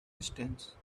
distance